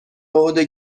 عهده